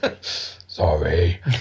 Sorry